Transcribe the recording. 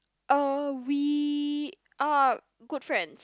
uh we are good friends